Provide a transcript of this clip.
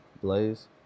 Blaze